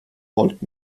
volt